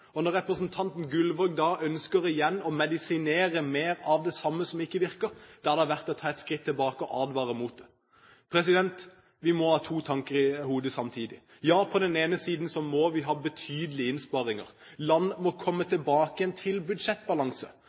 Og når representanten Gullvåg da igjen ønsker å medisinere med mer av det samme, som ikke virker, er det verdt å ta et skritt tilbake og advare mot det. Vi må ha to tanker i hodet samtidig: På den ene siden må vi ha betydelige innsparinger. Land må komme tilbake til budsjettbalanse.